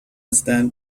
stand